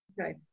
Okay